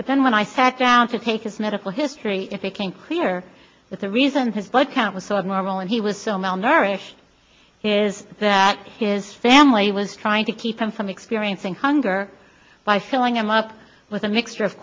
but then when i sat down to take his medical history if it came clear that the reasons his blood count was so abnormal and he was so malnourished is that his family was trying to keep from some experiencing hunger by filling him up with a mixture of